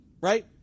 Right